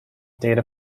date